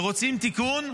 ורוצים תיקון,